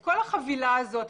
עם כל החבילה הזאת,